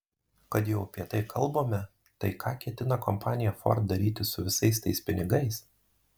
kad jau apie tai kalbame tai ką ketina kompanija ford daryti su visais tais pinigais